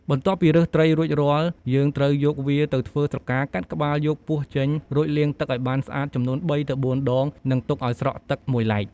បន្ទាប់ពីរើសត្រីរួចរាល់ យើងត្រូវយកវាទៅធ្វើស្រកា កាត់ក្បាល យកពោះចេញ រួចលាងទឹកឱ្យបានស្អាតចំនួន ៣ទៅ៤ដង និងទុកឱ្យស្រក់ទឹកមួយឡែក។